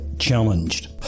challenged